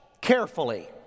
carefully